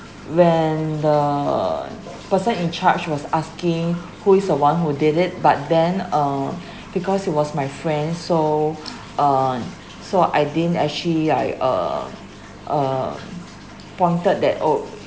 when the person in charge was asking who is the one who did it but then uh because it was my friend so um so I didn't actually like uh uh pointed that oh